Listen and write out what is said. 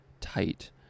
tight